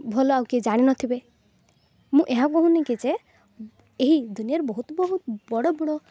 ଭଲ ଆଉ କିଏ ଜାଣିନଥିବେ ମୁଁ ଏହା କହୁନି କିି ଯେ ଏହି ଦୁନିଆର ବହୁତ ବହୁତ ବଡ଼ ବଡ଼